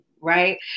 Right